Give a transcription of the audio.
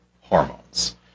hormones